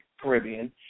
Caribbean